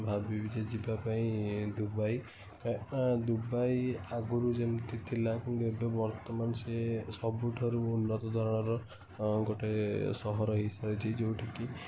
ଭାବିବି ଯେ ଯିବାପାଇଁ ଦୁବାଇ କାହିଁକିନା ଦୁବାଇ ଆଗୁରୁ ଯେମିତି ଥିଲା କିନ୍ତୁ ଏବେ ବର୍ତ୍ତମାନ ସେ ସବୁଠାରୁ ଉନ୍ନତ ଧରଣର ଗୋଟେ ସହର ହେଇସାରିଛି ଯେଉଁଠିକି